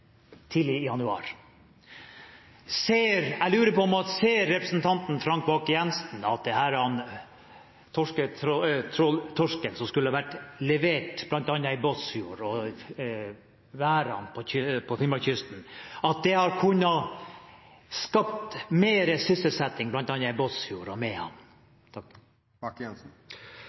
tidlig i januar. Jeg lurer på om representanten Frank Bakke-Jensen ser at denne torsken som skulle vært levert i bl.a. Båtsfjord og værene på Finnmarkskysten, kunne ha skapt mer sysselsetting i bl.a. Båtsfjord og